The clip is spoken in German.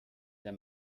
der